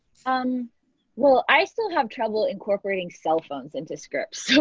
um well, i still have trouble incorporating cell phones into scripts. so